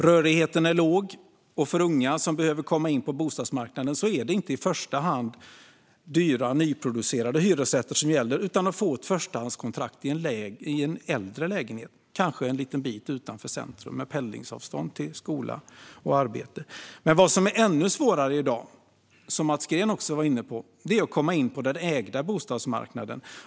Rörligheten är låg, och för unga som behöver komma in på bostadsmarknaden är det inte i första hand dyra nyproducerade hyresrätter som gäller utan att få ett förstahandskontrakt i en äldre lägenhet kanske en bit utanför centrum med pendlingsavstånd till skola och arbete. Men vad som är ännu svårare i dag, som Mats Green också var inne på, är att komma in på den ägda bostadsmarknaden.